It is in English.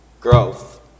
growth